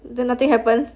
then nothing happened